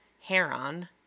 heron